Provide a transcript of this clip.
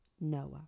Noah